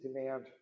demand